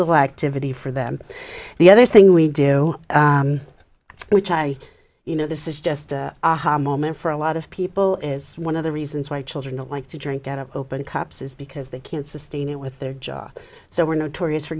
little activity for them the other thing we do which i you know this is just aha moment for a lot of people is one of the reasons why children don't like to drink get up open cups is because they can't sustain it with their jaw so we're notorious for